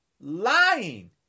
lying